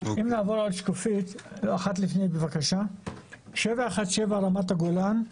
אם נעבור לשקופית שלפנינו 717 רמת הגולן.